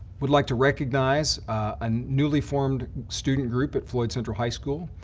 we'd like to recognize a newly formed student group at floyd central high school.